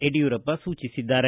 ಯಡಿಯೂರಪ್ಪ ಸೂಚಿಸಿದ್ದಾರೆ